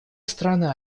страны